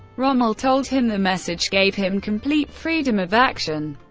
rommel told him the message gave him complete freedom of action.